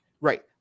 right